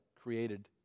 created